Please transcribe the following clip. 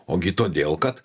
ogi todėl kad